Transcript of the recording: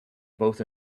both